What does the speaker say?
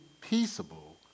peaceable